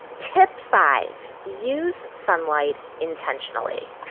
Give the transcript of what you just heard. tip five use sunlight intentionally.